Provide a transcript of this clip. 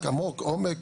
עמוק, עומק.